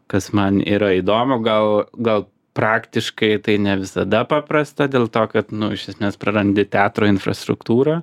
kas man yra įdomu gal gal praktiškai tai ne visada paprasta dėl to kad nu iš esmės prarandi teatro infrastruktūrą